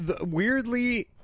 Weirdly